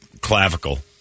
clavicle